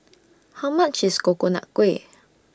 How much IS Coconut Kuih